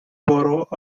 borough